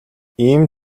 ийм